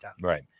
Right